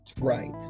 Right